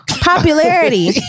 popularity